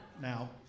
Now